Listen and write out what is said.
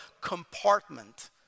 compartment